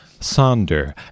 Sonder